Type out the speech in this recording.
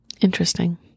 Interesting